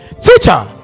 teacher